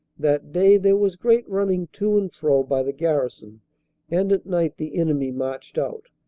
that day there was great running to and fro by the garrison and at night the enemy marched out.